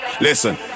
Listen